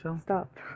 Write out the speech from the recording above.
Stop